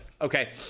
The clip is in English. Okay